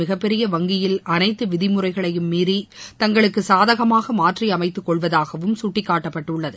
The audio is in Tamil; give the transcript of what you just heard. மிகப்பெரிய வங்கியில் அனைத்து விதிமுறைகளையும் மீறி தங்களுக்கு சாதகமாக மாற்றியமைத்துக் கொள்வதாகவும் குட்டிக்காட்டப்பட்டுள்ளது